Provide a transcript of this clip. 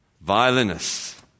violinists